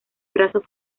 brazo